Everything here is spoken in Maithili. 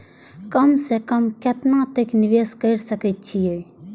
कम से कम केतना तक निवेश कर सके छी ए?